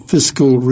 Fiscal